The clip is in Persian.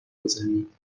بزنید